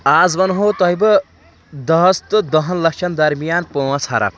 آز ونٕہو تۄہہِ بہٕ دَہس تہٕ دہن لچھن درمیان پانٛژھ حرف